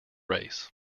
race